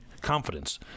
confidence